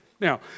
Now